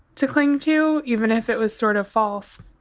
to cling to, even if it was sort of false